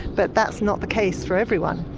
but that's not the case for everyone.